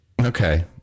Okay